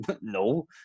no